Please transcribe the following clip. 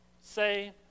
say